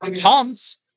Tom's